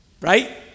Right